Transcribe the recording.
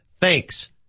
thanks